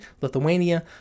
Lithuania